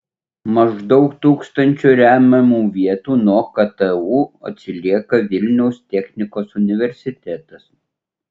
maždaug tūkstančiu remiamų vietų nuo ktu atsilieka vilniaus technikos universitetas